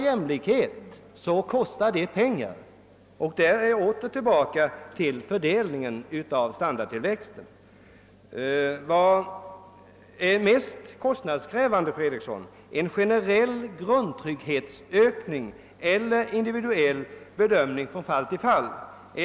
Jämlikhet kostar pengar, men jag kommer tillbaka till frågan om fördelningen av standardtillväxten. Vad är mest kostnadskrävande, herr Fedriksson, en generell grundtrygghetsökning eller en individuell bedömning från fall till fall?